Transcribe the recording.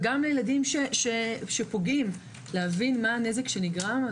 וגם כדי שילדים שפוגעים יבינו מהו הנזק שנגרם.